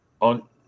On